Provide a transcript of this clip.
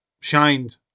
shined